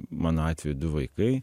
mano atveju du vaikai